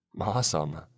Awesome